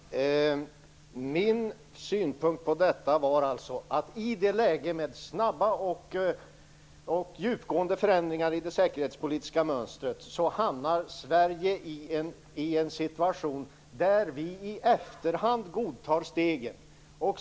Herr talman! Min synpunkt på detta var den att vi i ett läge med snabba och djupgående förändringar i det svenska säkerhetspolitiska mönstret hamnar i en situation där vi i efterhand får godta stegen.